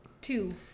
Two